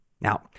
Now